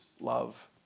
love